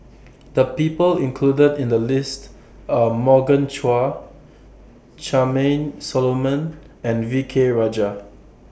The People included in The list Are Morgan Chua Charmaine Solomon and V K Rajah